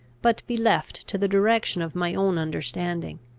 but be left to the direction of my own understanding.